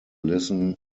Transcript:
listen